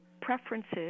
preferences